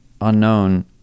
unknown